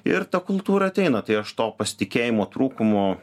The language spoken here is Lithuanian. ir ta kultūra ateina tai aš to pasitikėjimo trūkumo